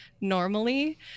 normally